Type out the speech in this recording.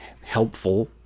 helpful